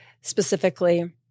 specifically